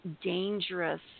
dangerous